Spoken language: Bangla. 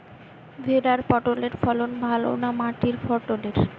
ভেরার পটলের ফলন ভালো না মাটির পটলের?